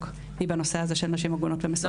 היא בנושא הזה של נשים עגונות ומסורבות גט.